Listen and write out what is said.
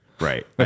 Right